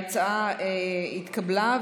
ההצעה התקבלה,